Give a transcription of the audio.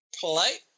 polite